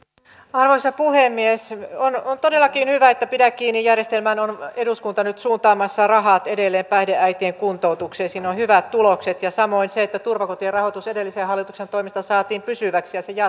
otp arvoisa puhemies on on todellakin hyvä pitääkin järjestelmään on eduskunta nyt soutamassa rahaa tilille päihdeäitien kuntoutukseensin hyvät tulokset ja samoin se että turvakotien rahoitus edellisen hallituksen toimesta saatiin pysyväksi ja